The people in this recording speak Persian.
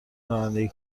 رانندگی